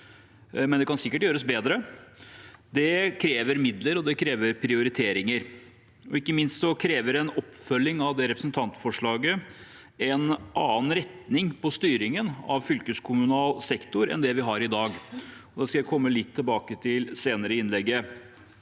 Det kan sikkert gjøres bedre, men det krever midler og prioriteringer. Ikke minst krever en oppfølging av dette representantforslaget en annen retning på styringen av fylkeskommunal sektor enn vi har i dag. Det skal jeg komme litt tilbake til senere i innlegget.